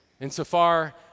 insofar